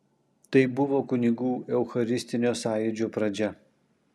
tai buvo kunigų eucharistinio sąjūdžio pradžia